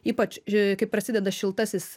ypač kai prasideda šiltasis